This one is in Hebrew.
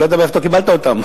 אני לא יודע מאיפה קיבלת אותם,